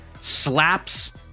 slaps